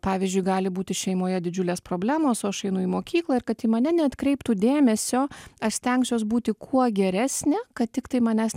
pavyzdžiui gali būti šeimoje didžiulės problemos o aš einu į mokyklą ir kad į mane neatkreiptų dėmesio aš stengsiuos būti kuo geresnė kad tiktai manęs